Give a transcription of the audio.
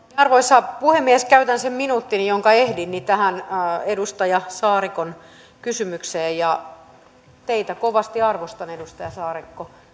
arvoisa puhemies käytän sen minuuttini jonka ehdin tähän edustaja saarikon kysymykseen teitä kovasti arvostan edustaja saarikko